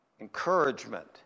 Encouragement